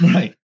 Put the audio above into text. Right